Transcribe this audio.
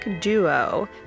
duo